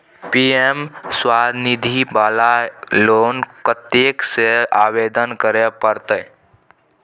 PM Svanidhi वाला loan कत्ते से आवेदन करे परतै?